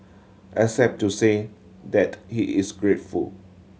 except to say that he is grateful